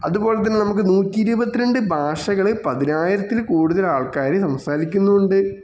അതുപോലെ തന്നെ നമുക്ക് നൂറ്റി ഇരുപത്തി രണ്ട് ഭാഷകൾ പതിനായിരത്തിൽ കൂടുതൽ ആൾക്കാർ സംസാരിക്കുന്നുണ്ട്